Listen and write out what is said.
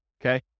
okay